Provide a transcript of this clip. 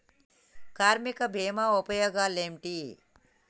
కార్మిక బీమా ఉపయోగాలేంటి?